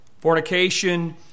fornication